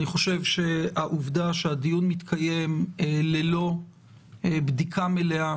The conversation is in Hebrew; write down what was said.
אני חושב שהעובדה שהדיון מתקיים ללא בדיקה מלאה